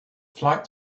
flight